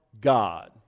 God